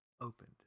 opened